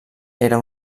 era